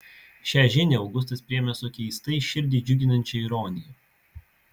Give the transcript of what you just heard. šią žinią augustas priėmė su keistai širdį džiuginančia ironija